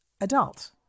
adult